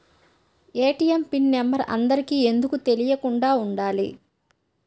ATM pin number అందరికి ఎందుకు తెలియకుండా ఉండాలి?